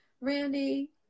Randy